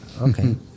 okay